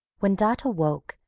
when dot awoke,